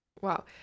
Wow